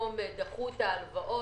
את ההלוואות.